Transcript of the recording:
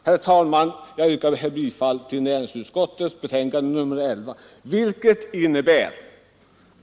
Herr talman!